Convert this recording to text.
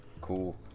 cool